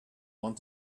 want